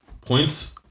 points